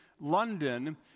London